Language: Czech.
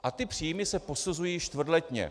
A ty příjmy se posuzují čtvrtletně.